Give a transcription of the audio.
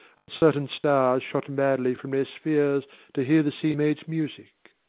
and certain stars shot madly from their spheres to hear the sea-maid's music.